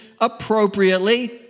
appropriately